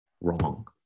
wrong